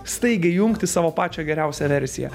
staigiai įjungti savo pačią geriausią versiją